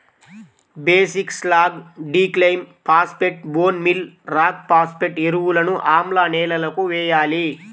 basic slag, డిక్లైమ్ phosphate, bone meal rock phosphate ఎరువులను ఆమ్ల నేలలకు వేయాలి